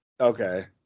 okay